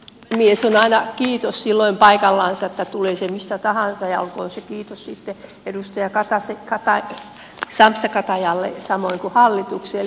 on aina kiitos silloin paikallansa tulee se mistä tahansa ja olkoon se kiitos sitten edustaja sampsa katajalle samoin kuin hallitukselle